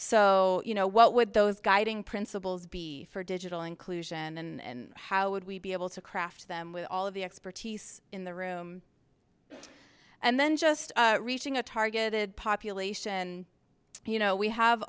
so you know what would those guiding principles be for digital inclusion and how would we be able to craft them with all of the expertise in the room and then just reaching a targeted population you know we have